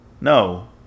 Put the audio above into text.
No